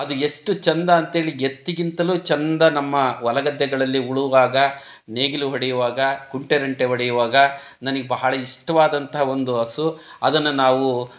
ಅದು ಎಷ್ಟು ಚೆಂದ ಅಂತೇಳಿ ಎತ್ತಿಗಿಂತಲೂ ಚೆಂದ ನಮ್ಮ ಹೊಲಗದ್ದೆಗಳಲ್ಲಿ ಉಳುವಾಗ ನೇಗಿಲು ಹೊಡೆಯುವಾಗ ಕುಂಟೆನಂಟೆ ಹೊಡೆಯುವಾಗ ನನಗೆ ಬಹಳ ಇಷ್ಟವಾದಂಥ ಒಂದು ಹಸು ಅದನ್ನು ನಾವು